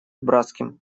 братским